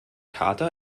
charta